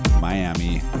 Miami